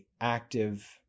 active